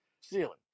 ceiling